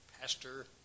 Pastor